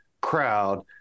crowd